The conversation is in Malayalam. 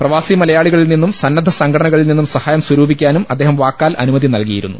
പ്രവാസി മലയാളികളിൽ നിന്നും സന്നദ്ധ സംഘടനകളിൽ നിന്നും സഹായം സ്വരൂപിക്കാനും അദ്ദേഹം വാക്കാൽ അനുമതി നൽകിയിരുന്നു